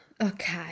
Okay